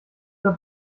der